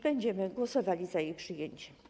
Będziemy głosowali za jej przyjęciem.